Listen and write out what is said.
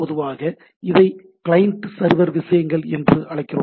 பொதுவாக இதை client server விஷயங்கள் என்று அழைக்கிறோம்